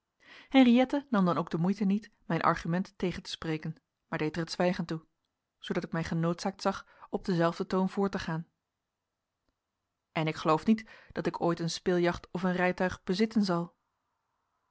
henriëtte nam dan ook de moeite niet mijn argument tegen te spreken maar deed er het zwijgen toe zoodat ik mij genoodzaakt zag op denzelfden toon voort te gaan en ik geloof niet dat ik ooit een speeljacht of een rijtuig bezitten zal